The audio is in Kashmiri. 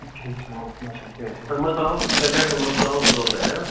کینٛہہ چھِنہٕ کینٛہہ چھِ ہُمہِ منٛز ترٛاوہوس زٕ ترٛےٚ گاڑِ ہُمہِ منٛز ترٛاوہوس زٕ ژور گاڑِ ہا